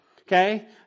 okay